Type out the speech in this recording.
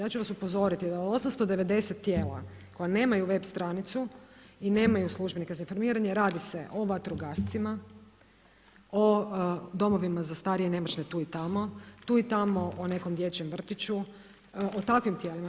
Ja ću vas upozoriti da 890 tijela koja nemaju web stranicu i nemaju službenika za informiranje, radi se o vatrogascima, o domovima za starije i nemoćne tu i tamo, tu i tamo o nekom dječjem vrtiću, o takvim tijelima.